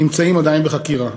נמצאים עדיין בחקירה.